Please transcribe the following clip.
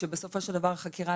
שבסופו של דבר החקירה,